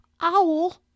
Owl